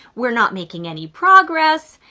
we're not making any progress.